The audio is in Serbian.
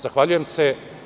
Zahvaljujem se.